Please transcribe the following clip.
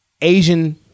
Asian